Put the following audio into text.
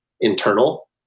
internal